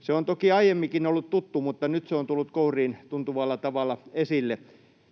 Se on toki aiemminkin ollut tuttua, mutta nyt se on tullut kouriintuntuvalla tavalla esille.